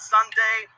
Sunday